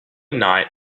night